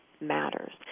matters